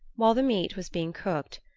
while the meat was being cooked,